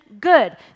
good